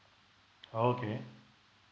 oh okay